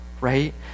right